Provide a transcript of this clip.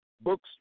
books